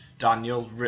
Daniel